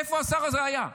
איפה השר הזה היה?